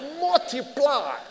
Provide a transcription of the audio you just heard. multiply